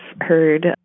heard